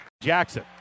Jackson